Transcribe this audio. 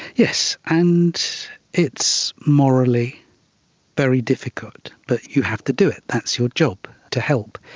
yes, and it's morally very difficult but you have to do it, that's your job, to help.